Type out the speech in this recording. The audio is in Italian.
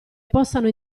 possano